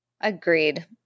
Agreed